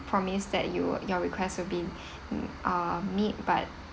promised that you will your request will be uh meet but